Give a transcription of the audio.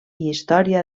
història